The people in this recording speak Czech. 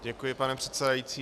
Děkuji, pane předsedající.